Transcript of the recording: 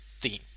theme